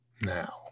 now